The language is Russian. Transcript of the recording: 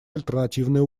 альтернативные